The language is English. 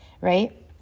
right